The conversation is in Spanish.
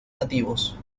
nativos